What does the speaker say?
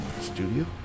studio